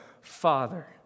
Father